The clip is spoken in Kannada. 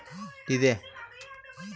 ಭತ್ತ ನಾಟಿ ಮಾಡಲು ಯಂತ್ರ ಇದೆಯೇ?